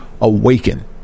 awaken